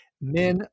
Men